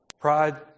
Pride